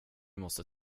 måste